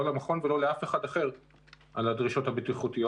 לא למכון ולא לאף אחד אחר על הדרישות הבטיחותיות.